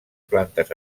plantes